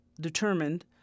determined